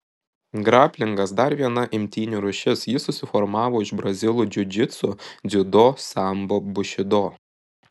graplingas dar viena imtynių rūšis ji susiformavo iš brazilų džiudžitsu dziudo sambo bušido